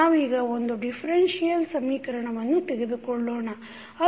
ನಾವೀಗ ಒಂದು ಡಿಫರೆನ್ಸಿಯಲ್ ಸಮೀಕರಣವನ್ನು ತೆಗೆದುಕೊಳ್ಳೋಣ